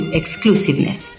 exclusiveness